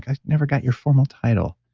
i never got your formal title.